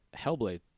Hellblade